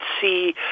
see